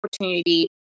opportunity